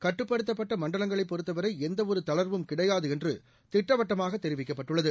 கட்டுப்படுத்தப்பட்ட மண்டலங்களைப் பொறுத்தவரை எந்த ஒரு தளர்வும் கிடையாது என்று திட்டவட்டமாக தெரிவிக்கப்பட்டுள்ளது